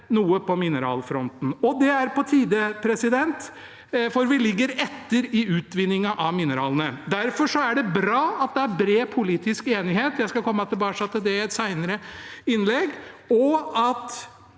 noe på mineralfronten, og det er på tide, for vi ligger etter i utvinningen av mineralene. Derfor er det bra at det er bred politisk enighet – jeg skal komme tilbake til det i et senere innlegg – og at